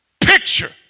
picture